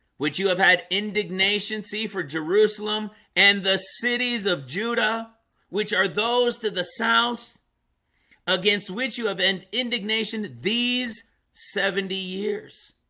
which you have had indignation see for jerusalem and the cities of judah which are those to the south against which you have end indignation these seventy years